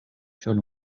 چون